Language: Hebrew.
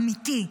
אמיתי.